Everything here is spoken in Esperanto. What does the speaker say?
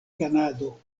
kanado